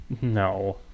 No